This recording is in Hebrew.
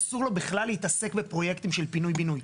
אסור לו בכלל להתעסק בפרויקטים של פינוי בינוי.